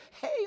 Hey